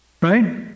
right